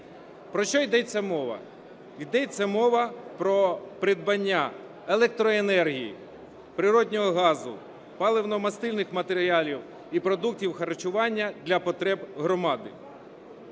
Про що йдеться мова. Йдеться мова про придбання електроенергії, природного газу, паливно-мастильних матеріалів і продуктів харчування для потреб громади.